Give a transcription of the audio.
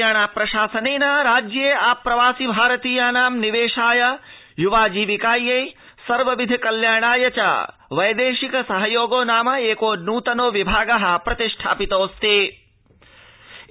हरियाणा हरियाणा प्रशासनेन राज्ये आप्रवासि भारतीयानां निवेशाय युवाजीविकायै सर्वविध कल्याणाय च वैदेशिक सहयोगो नाम क्को नूतनो विभाग प्रतिष्ठापथिष्यते